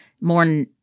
more –